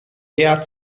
eher